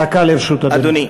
דקה לרשות אדוני.